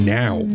now